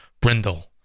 Brindle